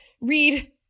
read